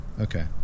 Okay